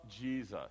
Jesus